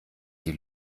die